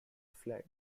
fled